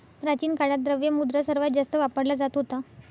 प्राचीन काळात, द्रव्य मुद्रा सर्वात जास्त वापरला जात होता